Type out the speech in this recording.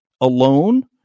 alone